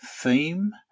theme